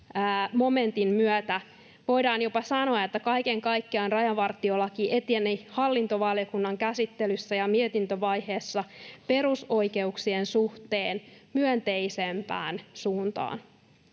momentin myötä voidaan jopa sanoa, että kaiken kaikkiaan rajavartiolaki eteni hallintovaliokunnan käsittelyssä ja mietintövaiheessa perusoikeuksien suhteen myönteisempään suuntaan.